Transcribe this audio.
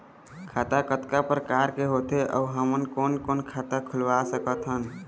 खाता कतका प्रकार के होथे अऊ हमन कोन कोन खाता खुलवा सकत हन?